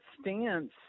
stance